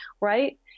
right